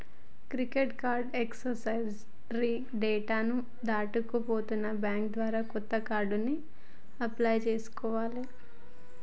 credit card expiry date ని దాటిపోతే bank ద్వారా కొత్త కార్డుకి అప్లై చేసుకోవాలే